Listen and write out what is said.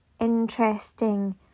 interesting